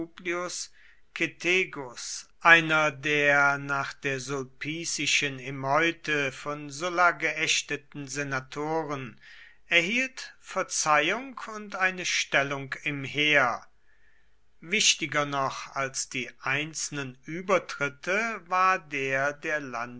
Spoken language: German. einer der nach der sulpicischen erneute von sulla geächteten senatoren erhielt verzeihung und eine stellung im heer wichtiger noch als die einzelnen übertritte war der der